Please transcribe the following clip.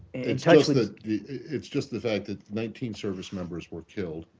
it's yeah just like that it's just the fact that nineteen servicemembers were killed,